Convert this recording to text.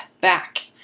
back